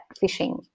fishing